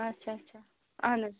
اَچھا اَچھا اَہن حظ